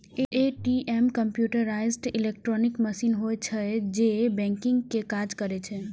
ATM computerised electronic machine होइ छै, जे बैंकिंग के काज करै छै